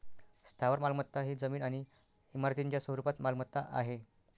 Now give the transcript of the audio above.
स्थावर मालमत्ता ही जमीन आणि इमारतींच्या स्वरूपात मालमत्ता आहे